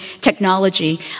technology